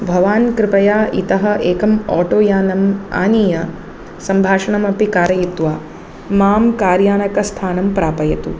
भवान् कृपया इतः एकम् आटोयानम् आनीय सम्भाषणमपि कारयित्वा मां कार्यानकस्थानं प्रापयतु